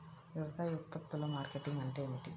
వ్యవసాయ ఉత్పత్తుల మార్కెటింగ్ అంటే ఏమిటి?